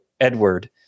Edward